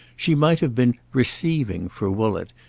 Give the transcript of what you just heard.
she might have been receiving for woollett,